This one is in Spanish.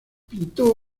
pintó